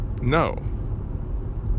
no